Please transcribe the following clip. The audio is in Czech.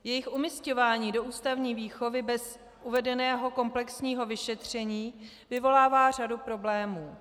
Jejich umísťování do ústavní výchovy bez uvedeného komplexního vyšetření vyvolává řadu problémů.